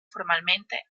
formalmente